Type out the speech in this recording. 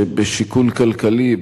שבשיקול כלכלי,